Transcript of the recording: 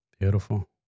beautiful